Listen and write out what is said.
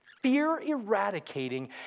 fear-eradicating